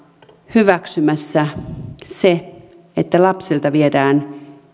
hyväksymässä se että lapselta viedään